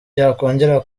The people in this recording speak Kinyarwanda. byakongera